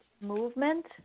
movement